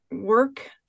work